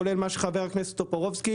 כולל מה שחבר הכנסת טופורובסקי,